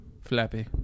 flappy